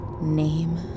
Name